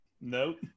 Nope